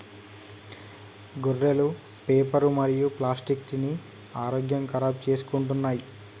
గొర్రెలు పేపరు మరియు ప్లాస్టిక్ తిని ఆరోగ్యం ఖరాబ్ చేసుకుంటున్నయ్